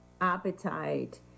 appetite